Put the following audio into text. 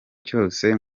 cyose